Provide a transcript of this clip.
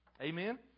Amen